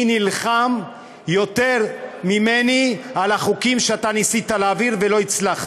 מי נלחם יותר ממני על החוקים שאתה ניסית להעביר ולא הצלחת?